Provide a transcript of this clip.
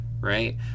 right